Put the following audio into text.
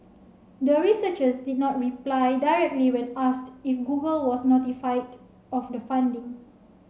the researchers did not reply directly when asked if Google was notified of the finding